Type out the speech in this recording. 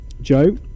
Joe